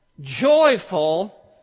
Joyful